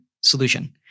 solution